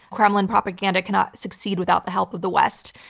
kremlin propaganda cannot succeed without the help of the west.